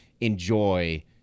enjoy